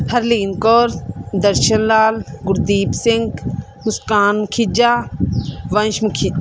Harleen Kaur Darshan Lal Gurdeep Singh Muskan Khija Vanshmukhi